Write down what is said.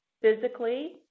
Physically